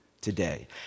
today